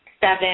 Seven